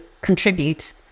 contribute